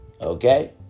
Okay